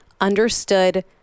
understood